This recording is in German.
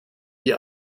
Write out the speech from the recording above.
die